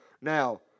Now